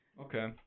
Okay